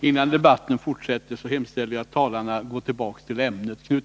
Innan debatten fortsätter hemställer jag att talarna går tillbaka till ämnet.